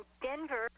Denver